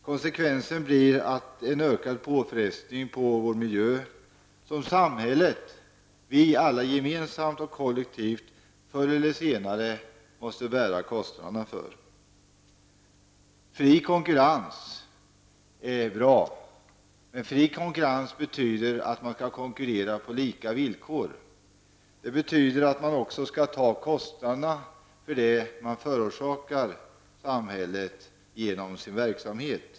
Konsekvensen blir en ökad påfrestning på vår miljö, som samhället, vi alla gemensamt och kollektivt, förr eller senare måste bära kostnaderna för. Fri konkurrens är bra, men fri konkurrens betyder att man konkurrerar på lika villkor. Det betyder att man också skall ta kostnaderna för det man förorsakar samhället genom sin verksamhet.